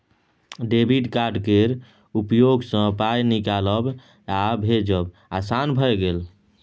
debit card केर उपयोगसँ पाय निकालब आ भेजब आसान भए गेल